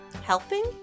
Helping